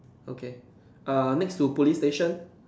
okay uh next to police station